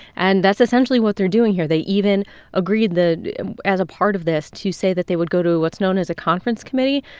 and that's essentially what they're doing here. they even agreed as a part of this to say that they would go to what's known as a conference committee.